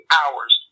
hours